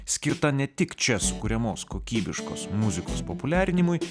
skirta ne tik čia sukuriamos kokybiškos muzikos populiarinimui